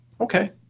Okay